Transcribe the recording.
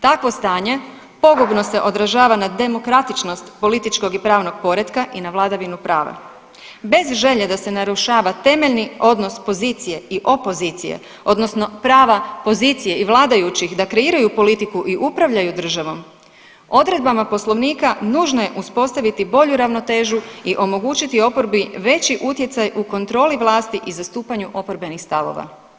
Takvo stanje pogubno se odražava na demokratičnog političkog i pravnog poretka i na vladavinu prava bez želje da se narušava temeljni odnos pozicije i opozicije odnosno prava pozicije i vladajućih da kreiraju politiku i upravljaju državom odredbama Poslovnika nužno je uspostaviti bolju ravnotežu i omogućiti oporbi veći utjecaj u kontroli vlasti i zastupanju oporbenih stavova.